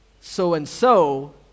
So-and-so